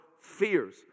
fears